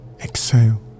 Exhale